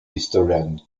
historian